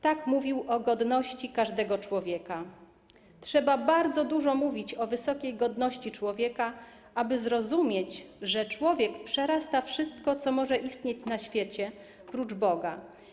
Tak mówił o godności każdego człowieka: Trzeba bardzo dużo mówić o wysokiej godności człowieka, aby zrozumieć, że człowiek przerasta wszystko, co może istnieć na świecie, prócz Boga.